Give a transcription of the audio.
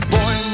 Boy